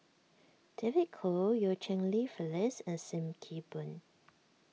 David Kwo Eu Cheng Li Phyllis and Sim Kee Boon